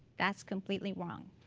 that's completely wrong.